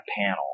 panel